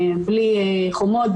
בלי חומות,